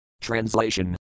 Translation